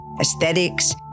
aesthetics